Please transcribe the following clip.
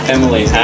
Emily